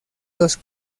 los